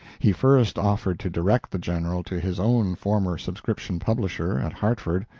he first offered to direct the general to his own former subscription publisher, at hartford,